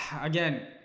Again